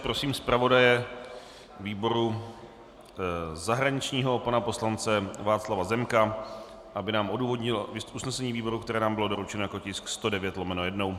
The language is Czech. Prosím zpravodaje zahraničního výboru, pana poslance Václava Zemka, aby nám odůvodnil usnesení výboru, které nám bylo doručeno jako tisk 109/1.